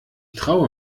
traue